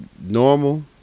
Normal